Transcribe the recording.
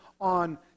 on